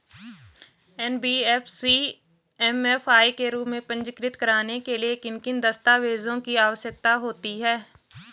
NBFC MFI के रूप में पंजीकृत कराने के लिए किन किन दस्तावेज़ों की आवश्यकता होती है?